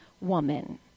woman